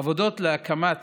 העבודות להקמת